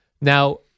now